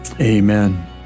Amen